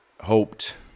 hoped